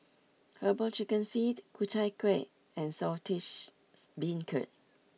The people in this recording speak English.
Herbal Chicken Feet Ku Chai Kuih and Saltish Beancurd